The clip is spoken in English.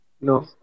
no